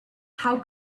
how